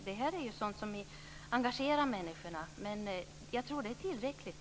Det är sådant som engagerar människorna. Men jag tror att det är tillräckligt.